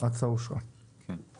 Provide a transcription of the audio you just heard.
הצבעה אושר נמשיך.